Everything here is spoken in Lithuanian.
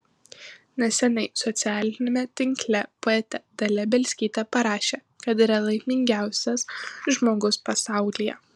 neseniai socialiniame tinkle poetė dalia bielskytė parašė kad yra laimingiausias žmogus pasaulyje